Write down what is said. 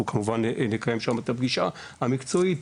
נקיים שם את הפגישה המקצועית,